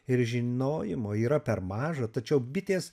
ir žinojimo yra per maža tačiau bitės